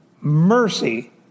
Mercy